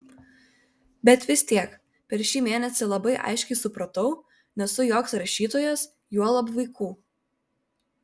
bet vis tiek per šį mėnesį labai aiškiai supratau nesu joks rašytojas juolab vaikų